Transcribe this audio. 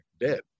dead